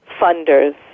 funders